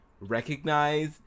recognize